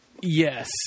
Yes